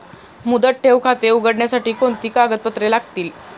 मुदत ठेव खाते उघडण्यासाठी कोणती कागदपत्रे लागतील?